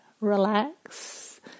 relax